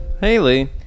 Haley